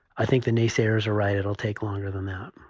i think the naysayers are right. it will take longer than that